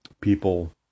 people